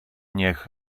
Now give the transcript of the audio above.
niech